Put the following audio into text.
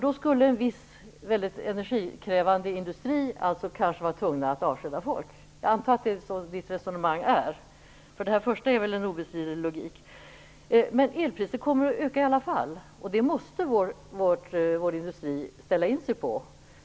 Då skulle en viss energikrävande industri bli tvungen att avskeda folk. Jag antar att det är så Mikael Odenberg resonerar. Det första är väl obestridligen logiskt. Men elpriset kommer att öka i alla fall. Det måste vår industri ställa in sig på.